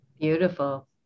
Beautiful